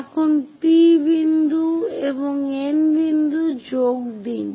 এখন P বিন্দু এবং N বিন্দু যোগ দিন